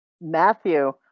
matthew